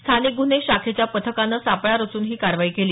स्थानिक गुन्हे शाखेच्या पथकानं सापळा रचून ही कारवाई केली